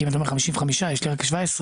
כי אם אני אומר 55 כשיש לי רק 17,